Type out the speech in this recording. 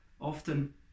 often